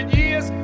years